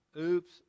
oops